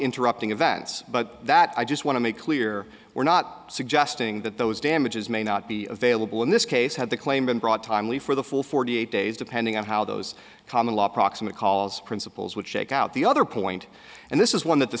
interrupting events but that i just want to make clear we're not suggesting that those damages may not be available in this case had the claim been brought timely for the full forty eight days depending on how those common law proximate calls principles would shake out the other point and this is one that the